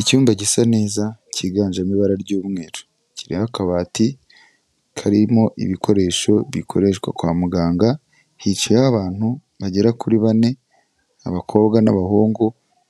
Icyumba gisa neza cyiganjemo ibara ry'umweru, kiriho akabati karimo ibikoresho bikoreshwa kwa muganga, hicayeho abantu bagera kuri bane, abakobwa n'abahungu